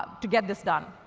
to get this done.